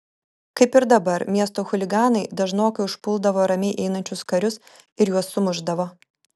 kaip ir dabar miesto chuliganai dažnokai užpuldavo ramiai einančius karius ir juos sumušdavo